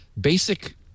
basic